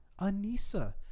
Anissa